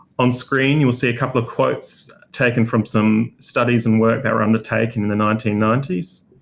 on screen, you will see a couple of quotes taken from some studies and work that were undertaken in the nineteen ninety s.